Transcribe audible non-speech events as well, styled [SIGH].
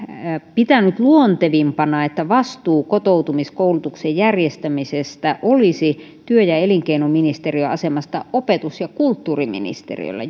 pitänyt luontevimpana että vastuu kotoutumiskoulutuksen järjestämisestä olisi työ ja elinkeinoministeriön asemasta opetus ja kulttuuriministeriöllä [UNINTELLIGIBLE]